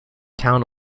town